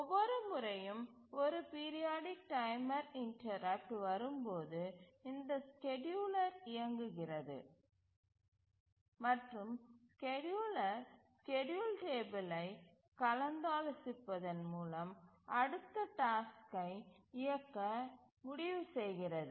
ஒவ்வொரு முறையும் ஒருபீரியாடிக் டைமர் இன்டரப்ட்டு வரும்போது இந்த ஸ்கேட்யூலர் இயங்குகிறது மற்றும் ஸ்கேட்யூலர் ஸ்கேட்யூல் டேபிலை கலந்தாலோசிப்பதன் மூலம் அடுத்த டாஸ்க்கை இயக்க முடிவு செய்கிறது